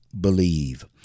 Believe